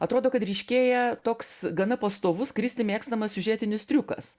atrodo kad ryškėja toks gana pastovus kristi mėgstamas siužetinis triukas